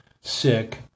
sick